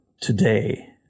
today